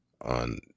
on